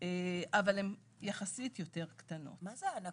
שאירים אם חס וחלילה נפטר אחד מבני הזוג אנחנו משלמים קצבת שאירים.